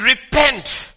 repent